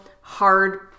hard